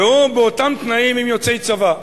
והוא באותם תנאים עם יוצא צבא.